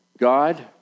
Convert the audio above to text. God